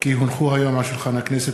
כי הונחו היום על שולחן הכנסת,